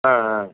ஆ ஆ